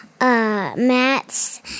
mats